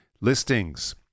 listings